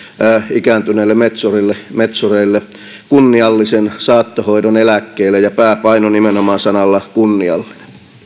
ikääntyneille metsureille metsureille kunniallisen saattohoidon eläkkeelle ja pääpaino nimenomaan sanalla kunniallinen